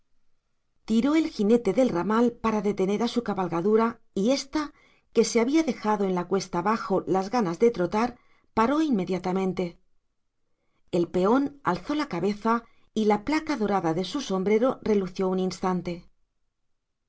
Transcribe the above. tiró el jinete del ramal para detener a su cabalgadura y ésta que se había dejado en la cuesta abajo las ganas de trotar paró inmediatamente el peón alzó la cabeza y la placa dorada de su sombrero relució un instante